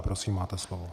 Prosím máte slovo.